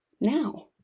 now